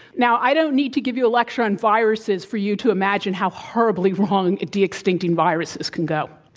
now, i don't need to give you a lecture on viruses for you to imagine how horribly wrong that de-extincting viruses can go.